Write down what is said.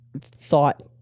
thought